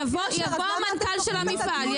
יבוא המנכ"ל של המפעל,